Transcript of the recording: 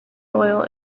oil